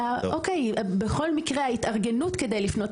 בכל מקרה,